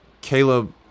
Caleb